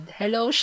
hello